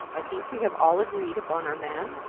i think we have all agreed upon our man?